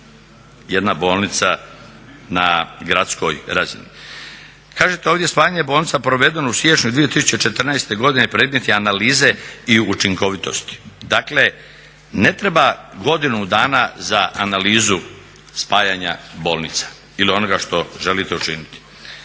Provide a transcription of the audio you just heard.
jedna bolnica na gradskoj razini. Kažete ovdje spajanje bolnica je provedeno u siječnju 2014.godine predmeti analize i učinkovitosti. Dakle ne treba godinu dana za analizu spajanja bolnica ili onoga što želite učiniti.